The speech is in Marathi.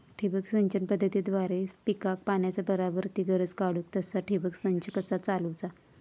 ठिबक सिंचन पद्धतीद्वारे पिकाक पाण्याचा बराबर ती गरज काडूक तसा ठिबक संच कसा चालवुचा?